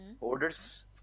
Orders